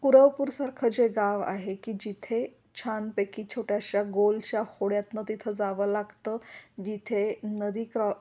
पुरवपूरसारखं जे गाव आहे की जिथे छानपैकी छोट्याशा गोलश्या होड्यातनं तिथं जावं लागतं जिथे नदी क्रॉ